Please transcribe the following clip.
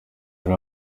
rero